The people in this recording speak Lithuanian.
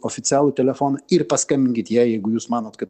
oficialų telefoną ir paskambinkit jai jeigu jūs manot kad